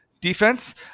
defense